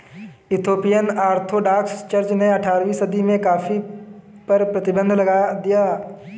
Ethiopian Orthodox Church ने अठारहवीं सदी में कॉफ़ी पर प्रतिबन्ध लगा दिया